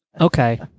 Okay